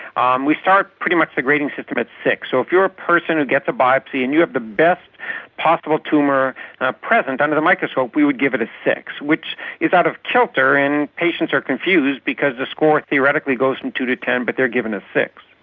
um we start pretty much the grading system at six. so if you are a person who gets a biopsy and you have the best possible tumour present under the microscope we would give it a six, which is out of kilter and patients are confused because the score theoretically goes from two to ten but they are given a six.